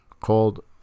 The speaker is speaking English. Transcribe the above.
called